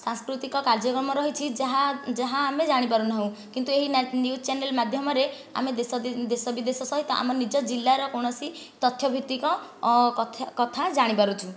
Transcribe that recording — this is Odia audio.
ସାଂସ୍କୃତିକ କାର୍ଯ୍ୟକ୍ରମ ରହିଛି ଯାହା ଯାହା ଆମେ ଜାଣିପାରୁନାହୁଁ କିନ୍ତୁ ଏହି ନ୍ୟୁଜ୍ ଚ୍ୟାନେଲ ମାଧ୍ୟମରେ ଆମେ ଦେଶ ଦେଶବିଦେଶ ସହିତ ଆମ ନିଜ ଜିଲ୍ଲାର କୌଣସି ତଥ୍ୟଭିତ୍ତିକ କଥା ଜାଣିପାରୁଛୁ